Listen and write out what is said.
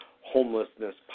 homelessness